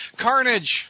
Carnage